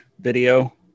video